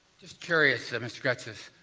just curious, mr. gretsas,